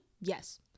Yes